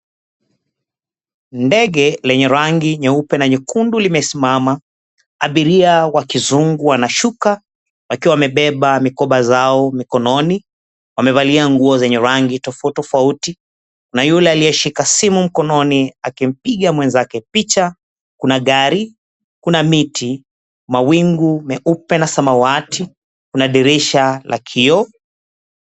Ndege lenye rangi nyeupe na nyekundu limesimama. Abiria wa kizungu wanashuka, wakiwa wamebeba mikoba zao mikononi. Wamevalia nguo zenye rangi tofauti tofauti, kuna yule aliyeshika simu mkononi akimpiga mwenzake picha. Kuna gari, kuna miti, mawingu meupe na samawati kuna dirisha la kioo.